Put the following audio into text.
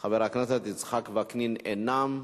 וחבר הכנסת יצחק וקנין, אינם.